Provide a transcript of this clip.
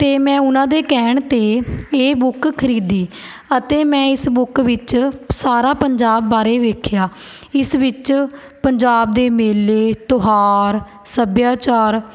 ਅਤੇ ਮੈਂ ਉਹਨਾਂ ਦੇ ਕਹਿਣ 'ਤੇ ਇਹ ਬੁੱਕ ਖ਼ਰੀਦੀ ਅਤੇ ਮੈਂ ਇਸ ਬੁੱਕ ਵਿੱਚ ਸਾਰਾ ਪੰਜਾਬ ਬਾਰੇ ਵੇਖਿਆ ਇਸ ਵਿੱਚ ਪੰਜਾਬ ਦੇ ਮੇਲੇ ਤਿਉਹਾਰ ਸੱਭਿਆਚਾਰ